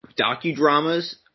docudramas